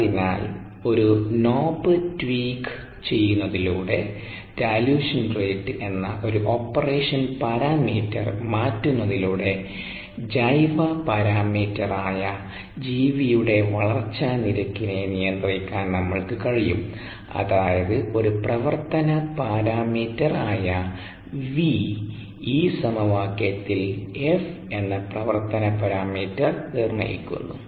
അതിനാൽ ഒരു knob tweak ചെയ്യുന്നതിലൂടെ ഡൈലൂഷൻ റേറ്റ് എന്ന ഒരു ഓപ്പറേഷൻ പാരാമീറ്റർ മാറ്റുന്നതിലൂടെ ജൈവ പരാമീറ്റർ ആയ ജീവിയുടെ വളർച്ചാ നിരക്കിനെ നിയന്ത്രിക്കാൻ നമ്മൾക്ക് കഴിയും അതായത് ഒരു പ്രവർത്തന പാരാമീറ്റർ ആയ v ഈ സമവാക്യത്തിൽ F എന്ന പ്രവർത്തന പാരാമീറ്റർ നിർണ്ണയിക്കുന്നു